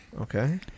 Okay